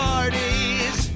Parties